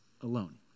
alone